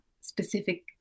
specific